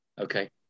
okay